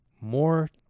more